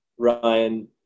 Ryan